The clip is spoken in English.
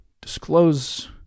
disclose